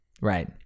Right